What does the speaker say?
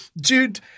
Jude